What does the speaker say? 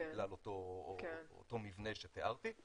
בגלל אותו מבנה שתיארתי,